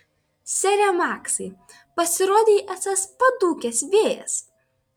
sere maksai pasirodei esąs padūkęs vėjas